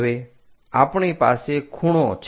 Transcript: હવે આપણી પાસે ખૂણો છે